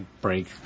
break